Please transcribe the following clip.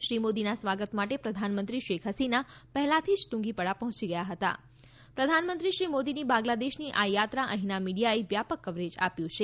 શ્રી મોદીના સ્વાગત માટે પ્રધાનમંત્રી શેખ હસીના પહેલાથી જ તુંગીપાડા પહોંચી હાજર રહ્યાં હતાં પ્રધાનમંત્રી શ્રી મોદીની બાંગ્લાદેશની આ યાત્રા અંહીના મીડીયાએ વ્યાપક કવરેજ આપ્યું છે